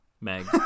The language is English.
Meg